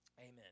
Amen